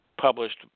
published